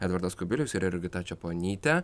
edvardas kubilius ir jurgita čeponytė